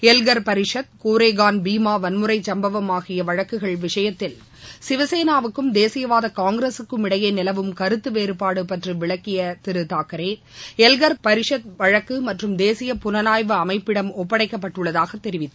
Elgar Parishad Koregaon பீமாவன்முறைசம்பவம் ஆகியவழக்குகள் விஷயத்தில் சிவசேனாவுக்கும் தேசியவாதகாங்கிரகக்கும் இளடயேநிலவும் கருத்தவேறபாடுபற்றிவிளக்கியதிருதாக்கரே எல்னர் பரிஷத் வழக்குமட்டும் தேசிய புலனாய்வு அமைப்பிடம் ஒப்படைக்கப்பட்டுள்ளதாகதெரிவித்தார்